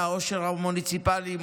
מהעושר המוניציפלי,